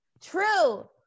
True